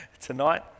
tonight